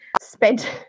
spent